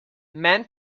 men